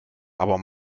aber